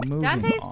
Dante's